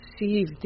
receive